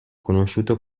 conosciuto